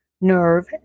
nerve